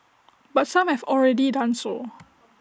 but some have already done so